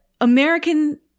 american